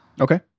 Okay